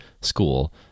school